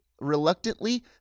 reluctantly